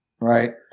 right